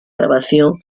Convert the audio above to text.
grabación